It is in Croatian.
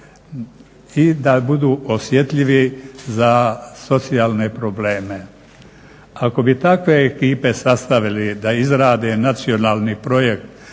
i da budu osjetljivi za socijalne probleme. Ako bi takve ekipe sastavili da izrade nacionalni projekt